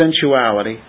sensuality